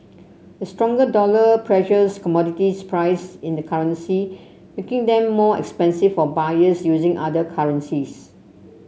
a stronger dollar pressures commodities price in the currency making them more expensive for buyers using other currencies